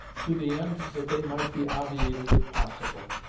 to the end that they might be obviated if possible.